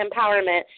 empowerment